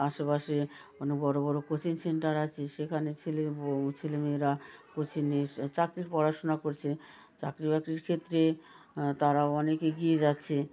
আশেপাশে অনেক বড় বড় কোচিং সেন্টার আছে সেখানে ছেলে বউ ছেলে মেয়েরা কোচিংয়ে চাকরির পড়াশোনা করছে চাকরি বাকরির ক্ষেত্রে তারা অনেক এগিয়ে যাচ্ছে